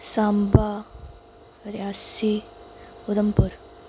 Samba Reasi Udhampur